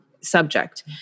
subject